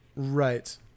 Right